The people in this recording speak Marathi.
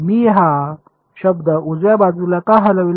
मी हा शब्द उजव्या बाजूला का हलविला